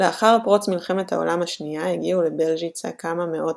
לאחר פרוץ מלחמת העולם השנייה הגיעו לבלז'יצה כמה מאות